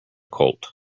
colt